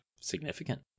significant